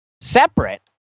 separate